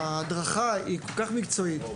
ההדרכה היום היא כול כך מקצועית,